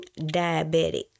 diabetic